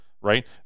right